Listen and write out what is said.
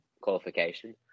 qualification